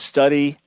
Study